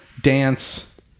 dance